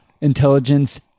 Intelligence